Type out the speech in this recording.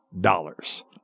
dollars